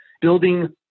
building